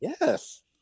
Yes